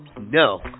No